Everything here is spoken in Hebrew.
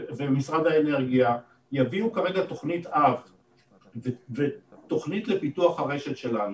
ומשרד האנרגיה יביאו תוכנית אב ותוכנית לפיתוח הרשת שלנו.